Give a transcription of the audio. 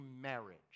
marriage